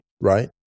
right